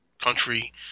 country